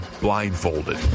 blindfolded